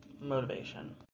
motivation